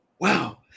Wow